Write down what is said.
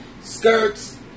skirts